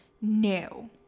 No